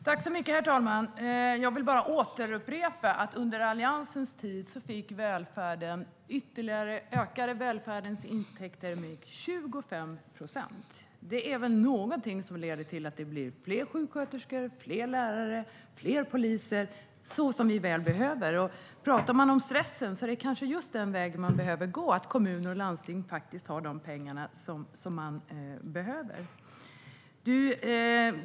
Herr talman! Jag vill upprepa att under Alliansens tid ökade välfärdens intäkter med 25 procent. Detta är väl någonting som leder till att det blir fler sjuksköterskor, fler lärare och fler poliser, vilket vi behöver. Om man talar om stress är det kanske just denna väg man behöver gå, så att kommuner och landsting faktiskt har de pengar som behövs.